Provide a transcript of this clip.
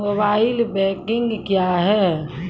Mobile banking क्या हैं?